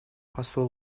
посол